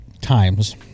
times